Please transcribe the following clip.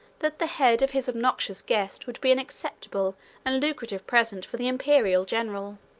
that the head of his obnoxious guest would be an acceptable and lucrative present for the imperial general.